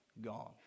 gone